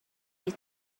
you